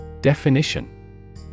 Definition